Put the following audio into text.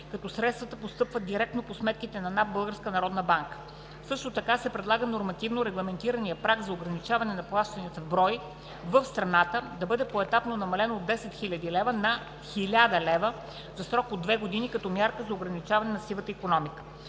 като средствата постъпват директно по сметка на НАП в Българската народна банка. Също така се предлага нормативно регламентираният праг за ограничаване на плащания в брой в страната да бъде поетапно намален от 10 000 лв. на 1000 лв. за срок от две години, като мярка за ограничаване на сивата икономика.